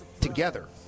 together